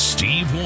Steve